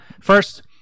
first